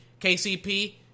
KCP